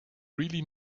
really